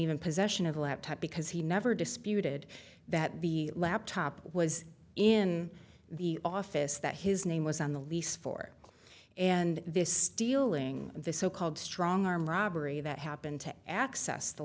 even possession of a laptop because he never disputed that the laptop was in the office that his name was on the lease for and this stealing this so called strong arm robbery that happened to access the